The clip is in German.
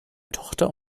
tochter